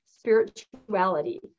spirituality